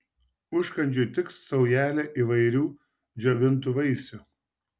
užkandžiui tiks saujelė įvairių džiovintų vaisių